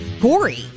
gory